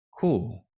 Cool